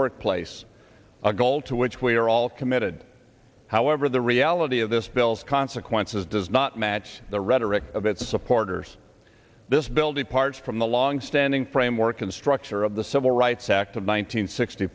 workplace a goal to which we are all committed however the reality of this bill's consequences does not match the rhetoric of its supporters this building apart from the long standing framework and structure of the civil rights act